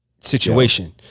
situation